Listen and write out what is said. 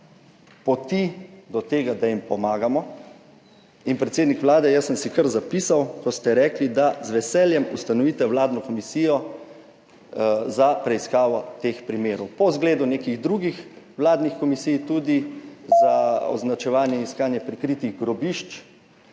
poti do tega, da jim pomagamo. In predsednik Vlade, jaz sem si kar zapisal, ko ste rekli, da z veseljem ustanovite vladno komisijo za preiskavo teh primerov po zgledu nekih drugih vladnih komisij, tudi za označevanje in iskanje prikritih grobišč,